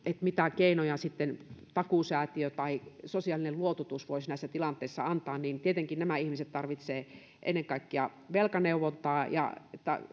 mitä keinoja sitten takuusäätiö tai sosiaalinen luototus voisi näissä tilanteissa antaa niin tietenkin nämä ihmiset tarvitsevat ennen kaikkea velkaneuvontaa ja